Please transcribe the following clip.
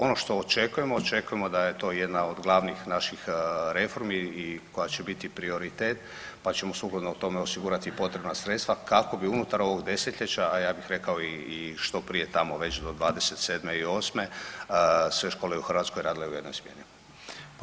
Ono što očekujemo, očekujemo da je to jedna od glavnih naših reformi i koja će biti prioritet pa ćemo sukladno tome osigurati potrebna sredstva kako bi unutar ovog desetljeća, a ja bih rekao i što prije tamo već do '27. i '28. sve škole u Hrvatskoj radile u jednoj smjeni.